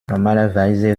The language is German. normalerweise